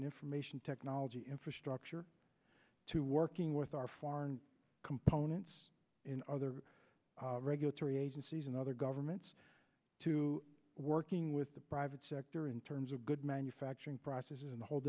information technology infrastructure to working with our foreign components in other regulatory agencies and other governments to working with the private sector in terms of good manufacturing processes and hold